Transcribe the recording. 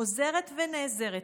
עוזרת ונעזרת,